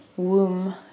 womb